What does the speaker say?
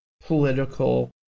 political